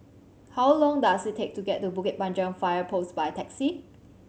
how long does it take to get to Bukit Panjang Fire Post by taxi